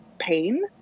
pain